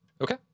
Okay